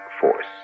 force